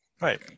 Right